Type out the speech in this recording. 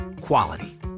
Quality